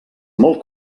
molt